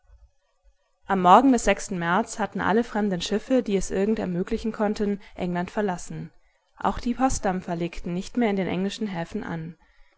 am morgen des sechsten märz hatten alle fremden schiffe die es irgend ermöglichen konnten england verlassen auch die postdampfer legten nicht mehr in den englischen häfen an